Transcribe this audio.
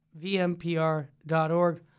vmpr.org